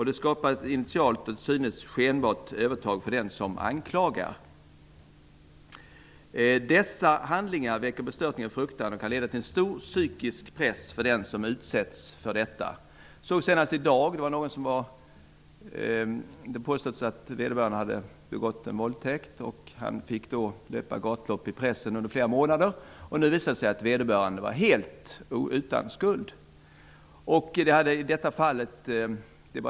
Det skapar initialt ett till synes skenbart övertag för den som anklagar. Dessa handlingar väcker bestörtning och fruktan och kan leda till en stor psykisk press för den som utsätts för dem. Jag såg senast i dag att någon hade blivit beskylld för att ha begått en våldtäkt. Han fick löpa gatlopp i pressen under flera månader. Nu visade det sig att vederbörande var helt utan skuld. Detta är ett fall av många.